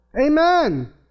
Amen